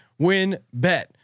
WinBet